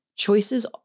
Choices